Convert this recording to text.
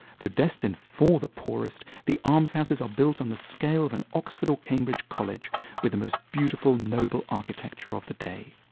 they're destined for the poorest, the almshouses are built on the scale of an oxford or cambridge college with the most beautiful noble architecture of the day.